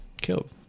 Killed